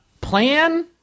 plan